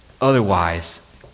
Otherwise